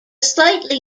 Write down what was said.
slightly